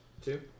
Two